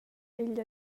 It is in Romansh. igl